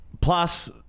plus